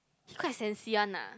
he quite sensi one ah